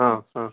हा हा